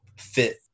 fit